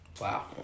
Wow